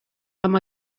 amb